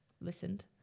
listened